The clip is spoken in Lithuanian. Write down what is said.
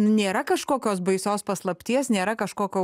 nėra kažkokios baisios paslapties nėra kažkokio